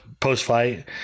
Post-fight